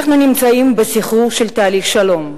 אנחנו נמצאים בסחרור של תהליך שלום,